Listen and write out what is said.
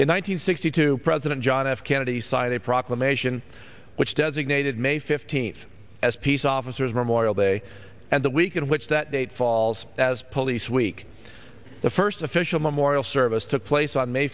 hundred sixty two president john f kennedy sign a proclamation which designated may fifteenth as peace officers memorial day and the week in which that date falls as police week the first official memorial service took place on may